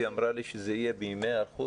היא אמרה לי שזה יהיה בימי היערכות,